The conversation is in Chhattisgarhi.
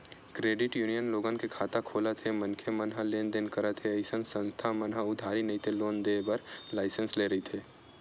क्रेडिट यूनियन लोगन के खाता खोलत हे मनखे मन ह लेन देन करत हे अइसन संस्था मन ह उधारी नइते लोन देय बर लाइसेंस लेय रहिथे